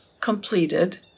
completed